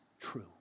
true